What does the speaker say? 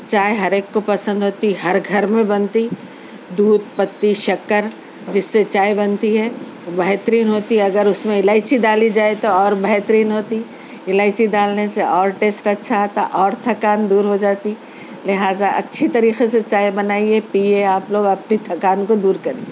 چائے ہر ایک کو پسند ہوتی ہے ہر گھر میں بنتی دودھ پتی شکر جس سے چائے بنتی ہے بہترین ہوتی اگر اس میں الائچی ڈالی جائے تو اور بہترین ہوتی الائچی ڈالنے سے اور ٹیسٹ اچھا آتا اور تھکان دور ہو جاتی لہٰذا اچھی طریقے سے چائے بنائیے پیئے آپ لوگ اپنی تھکان کو دور کریئے